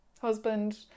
husband